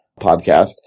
podcast